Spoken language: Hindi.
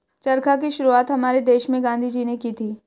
चरखा की शुरुआत हमारे देश में गांधी जी ने की थी